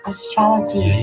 Astrology